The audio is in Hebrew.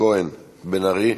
כהן, בן ארי.